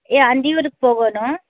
எ அந்தியூருக்கு போகணும்